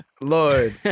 Lord